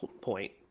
point